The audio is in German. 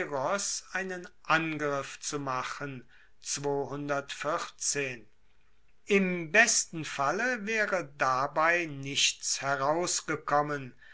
einen angriff zu machen im besten falle waere dabei nichts herausgekommen